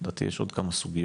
לדעתי יש עוד כמה סוגיות,